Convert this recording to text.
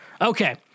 Okay